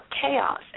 chaos